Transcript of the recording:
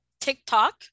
TikTok